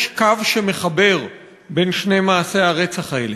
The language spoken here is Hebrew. יש קו שמחבר בין שני מעשי הרצח האלה.